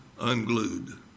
unglued